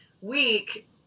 week